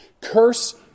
Curse